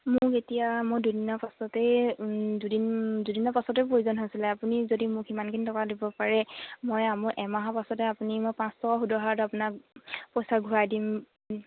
মোক এতিয়া মোৰ দুদিনৰ পাছতেই দুদিন দুদিনৰ পাছতেই প্ৰয়োজন হৈছিলে আপুনি যদি মোক সিমানখিনি টকা দিব পাৰে মই মোৰ এমাহৰ পাছতে আপুনি মই পাঁচ টকা সুদৰ হাৰত আপোনাক পইচা ঘূৰাই দিম